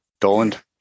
Doland